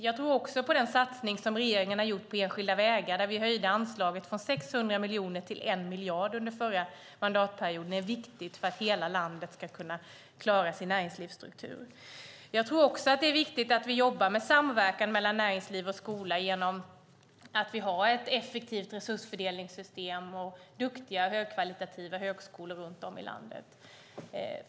Jag tror också att den satsning som regeringen har gjort på enskilda vägar där vi höjde anslaget från 600 miljoner till 1 miljard under förra mandatperioden är viktig för att hela landet ska kunna klara sin näringslivsstruktur. Jag tror att det är viktigt att vi jobbar med samverkan mellan näringsliv och skola genom att vi har ett effektivt resursfördelningssystem och duktiga, högkvalitativa högskolor runt om i landet.